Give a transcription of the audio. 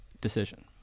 decision